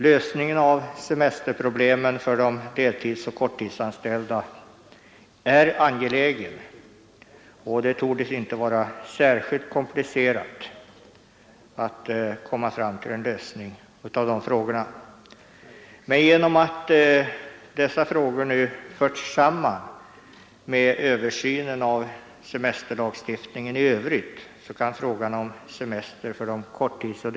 Lösningen av semesterproblemen för de deltidsoch korttidsanställda är angelägen, och det torde inte vara särskilt komplicerat att komma fram till en lösning, men genom att denna fråga nu förts samman med översynen av semesterlagstiftningen i övrigt kan den bli ytterligare försenad.